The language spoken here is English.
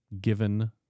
given